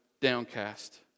downcast